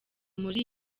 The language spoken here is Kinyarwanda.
muri